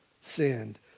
sinned